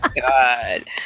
God